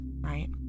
right